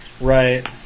right